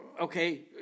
okay